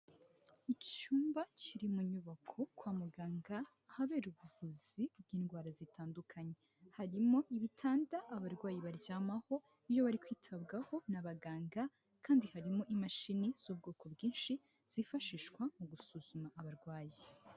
Icyumba kiri mu nyubako kwa muganga ahabera ubuvuzi bw'indwara zitandukanye, harimo ibitanda abarwayi baryamaho iyo bari kwitabwaho n'abaganga, kandi harimo imashini z'ubwoko bwinshi zifashishwa mu gusuzuma abarwayi.